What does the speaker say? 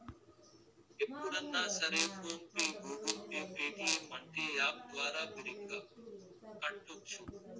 ఎప్పుడన్నా సరే PhonePe Google pay Paytm అంటే యాప్ ద్వారా బిరిగ్గా కట్టోచ్చు